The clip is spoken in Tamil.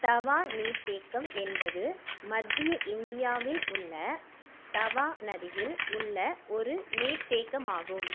தவா நீர்த்தேக்கம் என்பது மத்திய இந்தியாவில் உள்ள தவா நதியில் உள்ள ஒரு நீர்த்தேக்கமாகும்